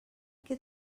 que